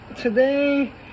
today